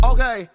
Okay